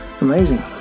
Amazing